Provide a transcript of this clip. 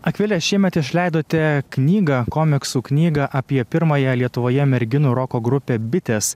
akvilė šiemet išleidote knygą komiksų knygą apie pirmąją lietuvoje merginų roko grupę bitės